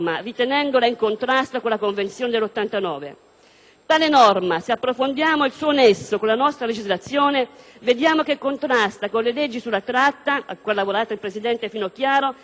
Tale norma, se approfondiamo il suo nesso con la nostra legislazione, vediamo che contrasta con le leggi sulla tratta, cui ha lavorato la presidente Finocchiaro, e con la legge contro la pedofilia e la prostituzione minorile.